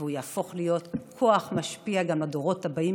והוא יהפוך להיות כוח משפיע גם לדורות הבאים,